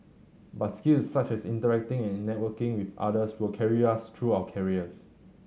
but skills such as interacting and networking with others will carry us through our careers